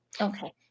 Okay